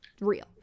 real